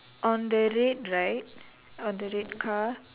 on the red right on the red car